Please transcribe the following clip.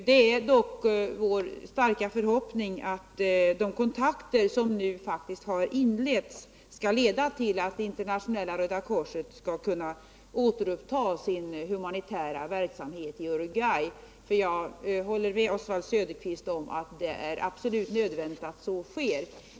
Det är dock vår starka förhoppning att de kontakter som nu faktiskt har inletts skall leda till att Internationella röda korset skall kunna återuppta sin humanitära verksamhet i Uruguay. Jag håller med Oswald Söderqvist om att det är absolut nödvändigt att så sker.